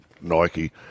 Nike